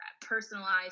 personalized